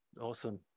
awesome